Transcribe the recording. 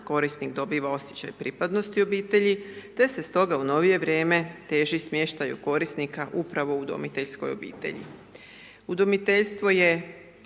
korisnik dobiva osjećaj pripadnosti obitelji, te se stoga u novije vrijeme teži smještaju korisnika upravo u udomiteljskoj obitelji. Udomiteljstvo je